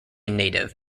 native